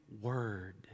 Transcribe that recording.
word